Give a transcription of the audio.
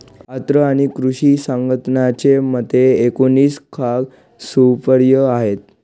अन्न आणि कृषी संघटनेच्या मते, एकोणीस खाद्य सुपाऱ्या आहेत